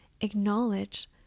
acknowledge